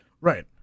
Right